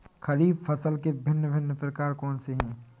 खरीब फसल के भिन भिन प्रकार कौन से हैं?